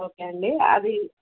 okay అండి అవి